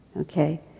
okay